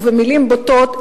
ובמלים בוטות,